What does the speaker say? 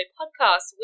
podcast